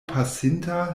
pasinta